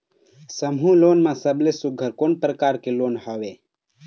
समूह लोन मा सबले सुघ्घर कोन प्रकार के लोन हवेए?